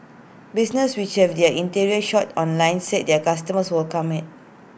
businesses which have their interior shots online said their customers welcome IT